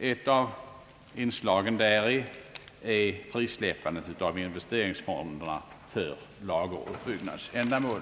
Ett av inslagen däri är frisläppandet av investeringsfonderna för lageruppbyggnadsändamål.